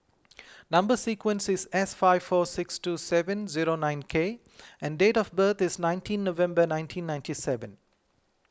Number Sequence is S five four six two seven zero nine K and date of birth is nineteen November nineteen ninety seven